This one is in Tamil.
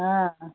ஆ